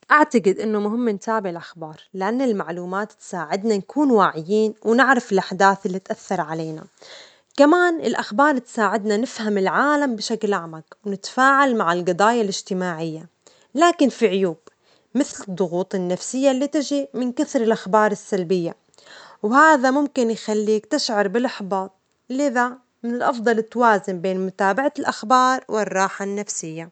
أعتجد إنه مهم نتابع الأخبار، لأن المعلومات تساعدنا نكون واعيين ونعرف الأحداث اللي تأثر علينا، كمان الأخبار تساعدنا نفهم العالم بشكل أعمج ونتفاعل مع الجضايا الاجتماعية، لكن في عيوب مثل الضغوط النفسية اللي تجي من كثر الأخبار السلبية، وهذا ممكن يخليك تشعر بالإحباط. لذا من الأفضل توازن بين متابعة الأخبار والراحة النفسية.